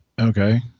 Okay